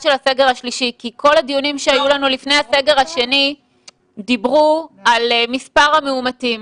כי כל הדיונים שהיו לנו לפני הסגר השני דיברו על מספר המאומתים,